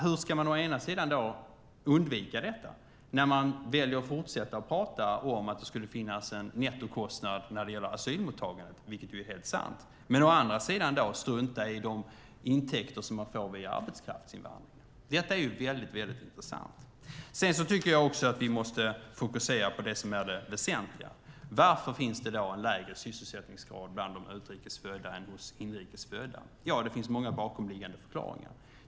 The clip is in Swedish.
Hur kan man undvika detta när man fortsätter att tala om att det skulle finnas en nettokostnad för asylmottagandet, vilket är helt sant, men å andra sidan struntar i de intäkter som man får via arbetskraftsinvandringen? Detta är väldigt intressant. Vi måste fokusera på det som är det väsentliga. Varför finns det en lägre sysselsättningsgrad bland de utrikes födda än hos inrikes födda? Det finns många bakomliggande förklaringar.